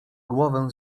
głowę